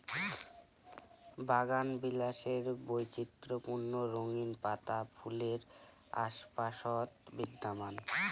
বাগানবিলাসের বৈচিত্র্যপূর্ণ রঙিন পাতা ফুলের আশপাশত বিদ্যমান